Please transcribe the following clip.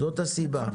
זאת הסיבה.